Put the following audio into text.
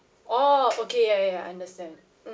oh okay ya ya I understand